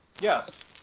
Yes